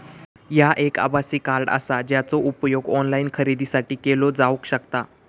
ह्या एक आभासी कार्ड आसा, जेचो उपयोग ऑनलाईन खरेदीसाठी केलो जावक शकता